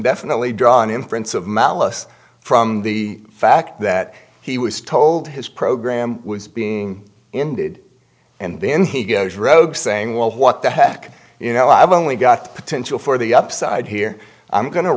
definitely draw an inference of malice from the fact that he was told his program was being indicted and then he goes rogue saying well what the heck you know i've only got the potential for the upside here i'm go